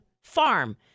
Farm